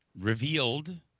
revealed